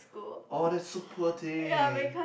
oh that's so poor thing